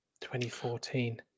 2014